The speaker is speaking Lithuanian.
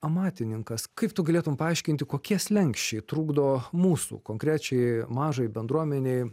amatininkas kaip tu galėtum paaiškinti kokie slenksčiai trukdo mūsų konkrečiai mažai bendruomenei